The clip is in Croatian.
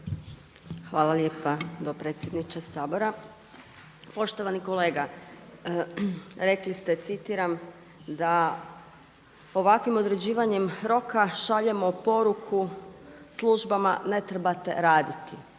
Hvala lijepa potpredsjedniče Sabora. Poštovani kolega, rekli ste citiram da ovakvim određivanjem roka šaljemo poruku službama ne trebate raditi,